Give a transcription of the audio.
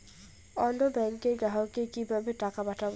অন্য ব্যাংকের গ্রাহককে কিভাবে টাকা পাঠাবো?